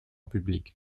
public